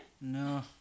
No